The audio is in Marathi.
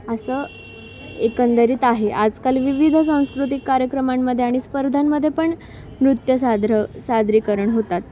असं एकंदरीत आहे आजकाल विविध सांस्कृतिक कार्यक्रमांमध्ये आणि स्पर्धांमध्ये पण नृत्य सादर सादरीकरण होतात